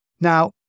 Now